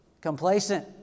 complacent